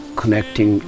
connecting